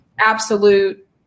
absolute